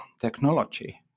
Technology